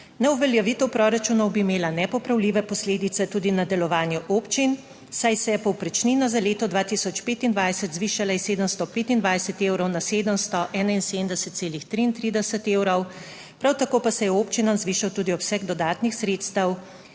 Neuveljavitev proračunov bi imela nepopravljive posledice tudi na delovanje občin, saj se je povprečnina za leto 2025 zvišala iz 725 evrov na 771,33 evrov. Prav tako pa se je občinam zvišal tudi obseg dodatnih sredstev